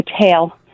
tail